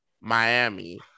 miami